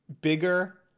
bigger